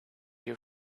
your